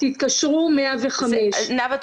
תתקשרו 105. נאוה,